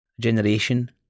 Generation